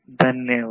धन्यवाद